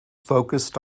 focused